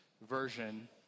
version